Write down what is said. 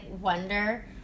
wonder